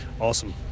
awesome